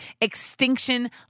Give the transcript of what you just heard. extinction